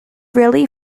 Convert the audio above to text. really